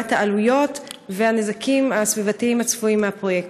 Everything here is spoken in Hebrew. לעומת העלויות והנזקים הסביבתיים הצפויים מהפרויקט.